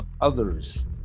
others